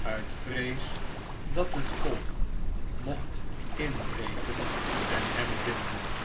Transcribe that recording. uit vrees dat het volk mocht inbreken en hem vmden